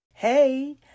Hey